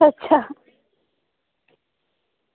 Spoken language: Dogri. अच्छा